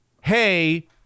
hey